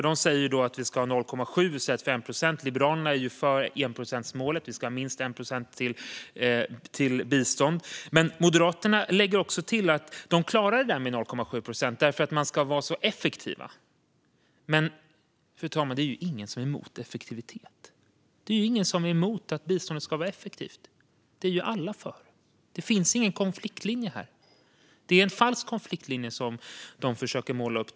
De säger alltså att vi ska ha 0,7 i stället för 1 procent - medan Liberalerna ju är för enprocentsmålet, det vill säga att vi ska ge minst 1 procent i bistånd - men Moderaterna lägger också till att de klarar det där med 0,7 procent därför för att de ska vara så effektiva. Men det är ju ingen som är emot effektivitet, fru talman. Det är ingen som är emot att biståndet ska vara effektivt. Det är ju alla för. Det finns ingen konfliktlinje här; det är en falsk konfliktlinje de försöker måla upp.